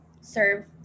serve